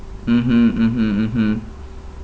mmhmm mmhmm mmhmm